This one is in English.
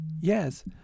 yes